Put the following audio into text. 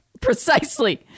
Precisely